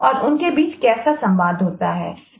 और उनके बीच कैसे संवाद होता है